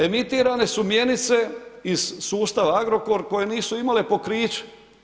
Emitirane su mjenice iz sustava Agrokor koje nisu imale pokriće.